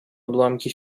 odłamki